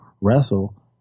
wrestle